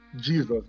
Jesus